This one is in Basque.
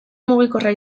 mugikorra